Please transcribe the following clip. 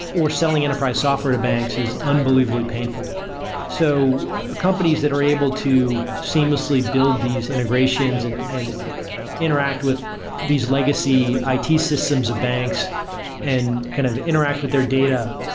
or selling enterprise software to banks is unbelievably painful so companies that are able to seamlessly build these integrations and and interact with these legacy, it systems of banks and kind of interact with their data